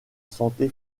santé